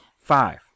Five